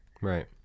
right